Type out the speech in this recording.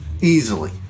easily